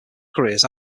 careers